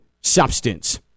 substance